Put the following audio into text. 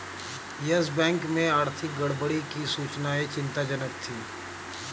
yes Bank में आर्थिक गड़बड़ी की सूचनाएं चिंताजनक थी